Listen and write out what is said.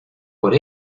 por